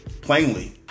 plainly